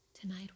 Tonight